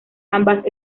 ambas